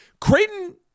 Creighton –